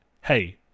hey